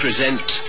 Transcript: present